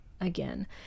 again